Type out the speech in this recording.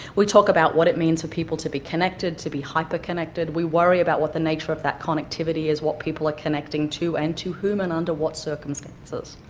we talk about what it means for people to be connected, to be hyper connected, we worry about what the nature of that connectivity is, what people are connecting to, and to whom and under what circumstances.